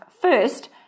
first